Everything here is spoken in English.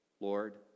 lord